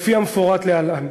לפי המפורט להלן: